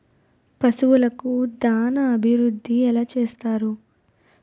పశువులకు దాన అభివృద్ధి ఎలా చేస్తారు?